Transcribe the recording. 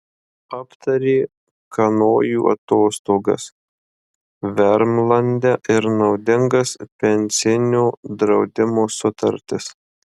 aptarė kanojų atostogas vermlande ir naudingas pensinio draudimo sutartis